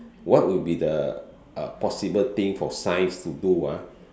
what will be the uh possible things for science to do ah